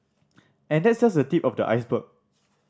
and that's just the tip of the iceberg